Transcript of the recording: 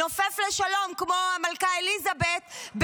נופף לשלום כמו המלכה אליזבת,